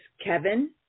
Kevin